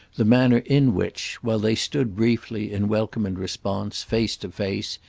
the manner in which, while they stood briefly, in welcome and response, face to face,